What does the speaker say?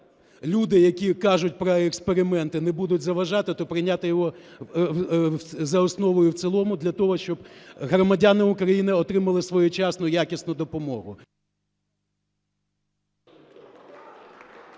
люди, які кажуть про експерименти, не будуть заважати, то прийняти його за основу і в цілому, для того щоб громадяни України отримали своєчасну якісну допомогу.